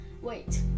Wait